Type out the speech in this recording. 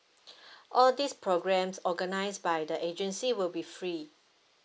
all these programmes organised by the agency will be free